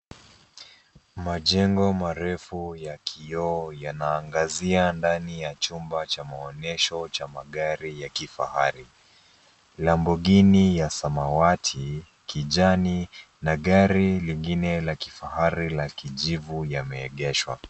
Majengo marefu ya kioo yanaangazia ndani ya chumba cha maonyesho cha magari ya kifahari. Lamborghini ya samawati, kijani na gari lingine la kifahari la kijivu yameegeshwa.